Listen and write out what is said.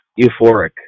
euphoric